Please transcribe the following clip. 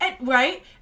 Right